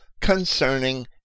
concerning